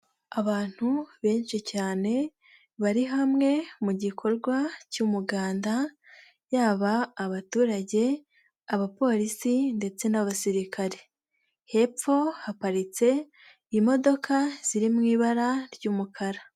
Abantu benshi cyane bari hamwe mu gikorwa cy'umuganda, yaba abaturage, abapolisi ndetse n'abasirikare, hepfo haparitse imodoka ziri mu ibara ry'umukara.